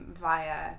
via